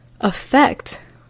affect